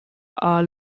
are